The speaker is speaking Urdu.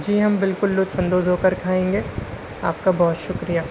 جی ہم بالکل لطف اندوز ہو کر کھائیں گے آپ کا بہت شکریہ